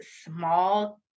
small